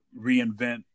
reinvent